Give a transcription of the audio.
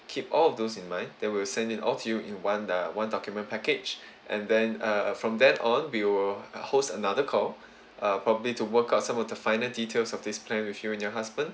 keep all of those in mind then we'll send it all to you in one uh one document package and then uh from then on we will uh host another call uh probably to work out some of the final details of this plan with you and your husband